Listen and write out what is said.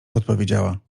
odpowiedziała